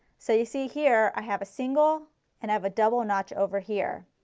so you see here i have a single and i have a double notch over here.